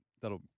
that'll